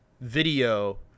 video